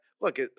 look